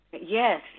Yes